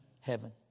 Heaven